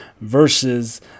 versus